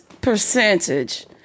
percentage